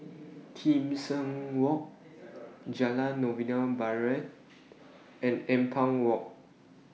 Kim Seng Walk Jalan Novena Barat and Ampang Walk